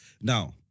Now